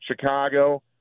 Chicago